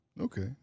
Okay